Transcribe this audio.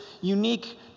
unique